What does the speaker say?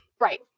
right